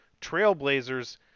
trailblazers